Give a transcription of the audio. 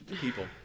People